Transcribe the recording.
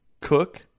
cook